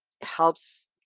helps